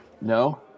No